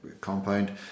compound